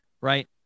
right